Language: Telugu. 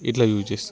ఇట్లా యూస్ చేస్తాం